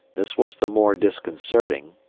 this was the more disconcerting,